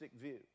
view